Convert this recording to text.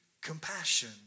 compassion